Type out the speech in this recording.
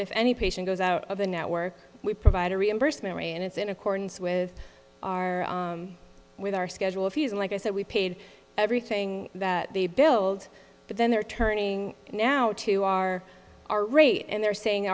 if any patient goes out of the network we provide a reimbursed memory and it's in accordance with our with our schedule if he is like i said we paid everything that they billed but then they're turning now to our our rate and they're saying